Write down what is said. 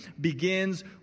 begins